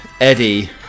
Eddie